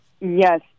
Yes